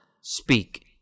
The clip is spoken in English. Speak